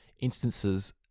instances